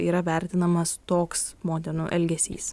yra vertinamas toks motinų elgesys